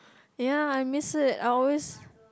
ya I miss it I always